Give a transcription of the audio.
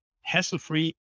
hassle-free